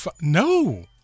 No